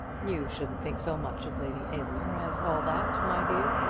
you shouldn't think so much of lady aylmer as all that, my dear.